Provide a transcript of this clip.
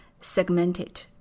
segmented